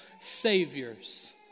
saviors